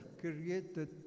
created